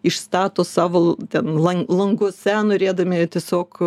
išstato savo l ten lan languose norėdami tiesiog